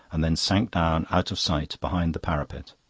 and then sank down, out of sight, behind the parapet.